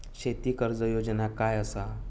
शेती कर्ज योजना काय असा?